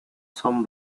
son